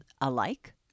alike